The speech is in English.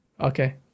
okay